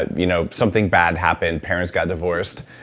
but you know something bad happened. parents got divorced.